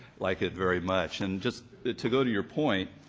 like it very much. and just to go to your point,